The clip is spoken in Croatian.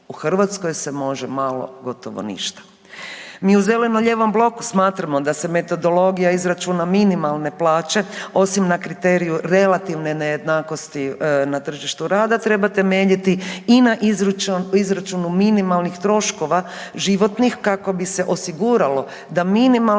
U Hrvatskoj se može malo, gotovo ništa. Mi u zeleno-lijevom bloku smatramo da se metodologija izračuna minimalne plaće, osim na kriteriju relativne nejednakosti na tržištu rada, treba temeljiti i na izračunu minimalnih troškova životnih, kako bi se osiguralo da minimalna